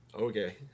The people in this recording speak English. Okay